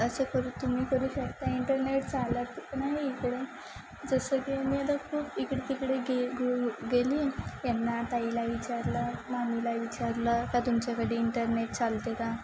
असं करू तुम्ही करू शकता इंटरनेट चालत नाही इकडे जसं की मी आता खूप इकडं तिकडे गे गे गेले यांना ताईला विचारलं मामीला विचारलं का तुमच्याकडे इंटरनेट चालते का